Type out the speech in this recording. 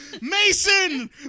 Mason